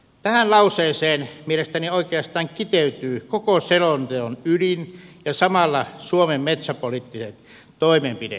tähän lauseeseen mielestäni oikeastaan kiteytyy koko selonteon ydin ja samalla suomen metsäpoliittinen toimenpideohje